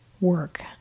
work